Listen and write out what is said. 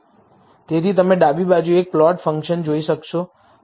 તેથી તમે ડાબી બાજુએ એક પ્લોટ ફંક્શન જોઈ શકો છો